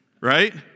Right